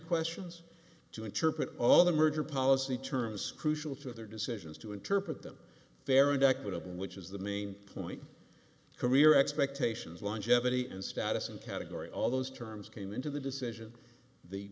questions to interpret all the merger policy terms crucial to their decisions to interpret them fair and equitable which is the main point career expectations longevity and status and category all those terms came into the decision the